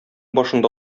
башында